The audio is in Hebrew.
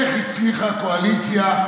איך הצליחה הקואליציה,